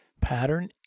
pattern